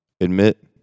admit